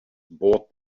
bought